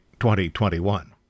2021